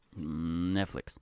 Netflix